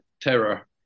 terror